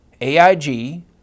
aig